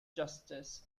justice